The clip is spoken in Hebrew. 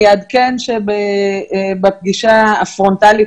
אני אעדכן שבפגישה הפרונטלית,